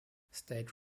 state